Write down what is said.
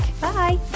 Bye